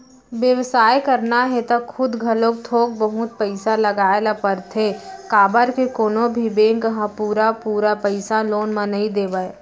बेवसाय करना हे त खुद घलोक थोक बहुत पइसा लगाए ल परथे काबर के कोनो भी बेंक ह पुरा पुरा पइसा लोन म नइ देवय